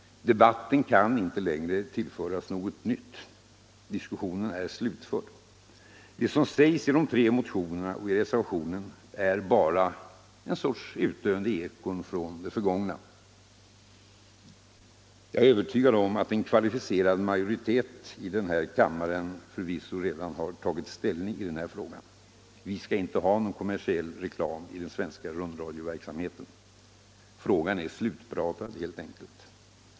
Debatten kan inte längre tillföras något nytt. Diskussionen är slutförd. Det som sägs i de tre motionerna och i reservationen är bara en sorts utdöende ekon från det förgångna. Jag är övertygad om att en kvalificerad majoritet i den här kammaren redan har tagit ställning i frågan. Vi skall inte ha någon kommersiell reklam i den svenska rundradioverksamheten. Frågan är slutpratad helt enkelt.